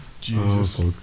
Jesus